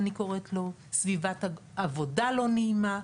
סביבת עבודה לא נעימה,